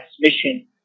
transmission